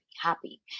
happy